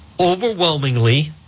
overwhelmingly